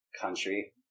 country